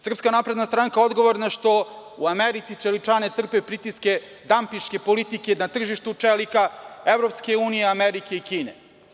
Srpska napredna stranka je odgovorna što u Americi čeličane trpe pritiske dampiške politike na tržištu čelika EU, Amerike i Kine.